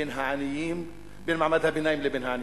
בין מעמד הביניים לבין העניים.